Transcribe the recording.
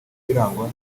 irangwa